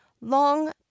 long